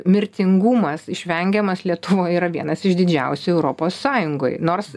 mirtingumas išvengiamas lietuvoj yra vienas iš didžiausių europos sąjungoj nors